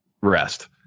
rest